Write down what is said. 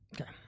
Okay